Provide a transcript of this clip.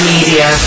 Media